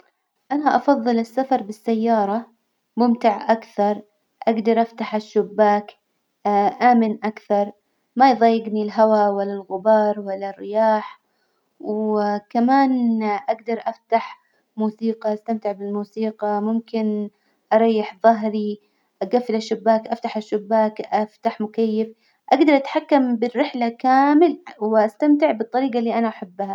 أنا أفظل السفر بالسيارة ممتع أكثر، أجدر أفتح الشباك آمن أكثر، ما يظايجني الهوا ولا الغبار ولا الرياح، وكمان أجدر أفتح موسيقى، أستمتع بالموسيقى، ممكن أريح ظهري، أجفل الشباك، أفتح الشباك، أفتح مكيف، أجدر أتحكم بالرحلة كامل، وأستمتع بالطريجة اللي أنا أحبها.